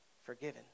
forgiven